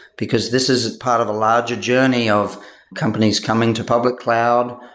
because this is part of a larger journey of companies coming to public cloud,